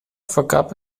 vergab